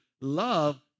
Love